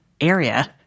area